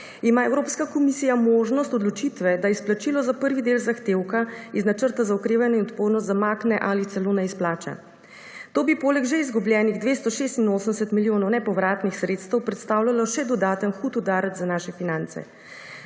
ima Evropska komisija možnost odločitve, da izplačilo za prvi del zahtevka iz Načrta za okrevanje in odpornost zamakne ali celo ne izplača. To bi poleg že izgubljenih 286 milijonov nepovratnih sredstev predstavljalo še dodaten hud udarec za naše finance.